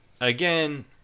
again